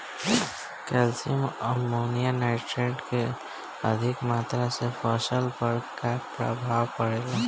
Calcium ammonium nitrate के अधिक मात्रा से फसल पर का प्रभाव परेला?